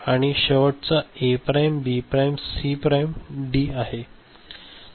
आणि शेवटचा A prime B prime C prime D आहे